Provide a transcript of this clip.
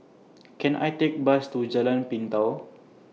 Can I Take Bus to Jalan Pintau